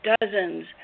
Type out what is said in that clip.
dozens